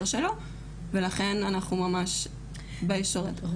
שלו ולכן אנחנו ממש בישורת האחרונה.